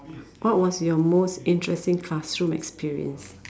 what was your most interesting classroom experience